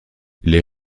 les